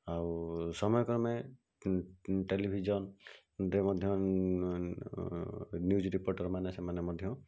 ଆଉ ସମୟକ୍ରମେ ଟେଲିଭିଜନ୍ରେ ମଧ୍ୟ ନ୍ୟୁଜ୍ ରିପୋର୍ଟର୍ମାନେ ସେମାନେ ମଧ୍ୟ